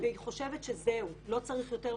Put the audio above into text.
והיא חושבת שזהו לא צריך יותר מזה,